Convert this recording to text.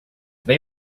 they